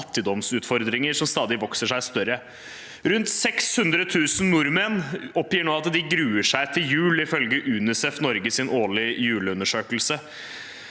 sagt fattigdomsutfordringer, som stadig vokser seg større. Rundt 600 000 nordmenn oppgir nå at de gruer seg til jul, ifølge UNICEF Norges årlige juleundersøkelse,